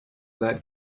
that